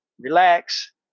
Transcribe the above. relax